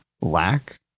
lack